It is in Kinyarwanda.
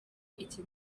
iki